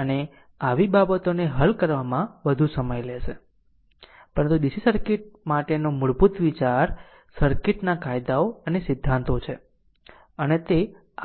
અને આવી બાબતોને હલ કરવામાં વધુ સમય લેશે પરંતુ DC સર્કિટ માટેનો મૂળભૂત વિચાર સર્કિટના કાયદાઓ અને સિદ્ધાંતો છે તે